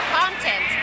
content